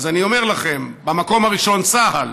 אז אני אומר לכם: במקום הראשון, צה"ל,